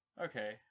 Okay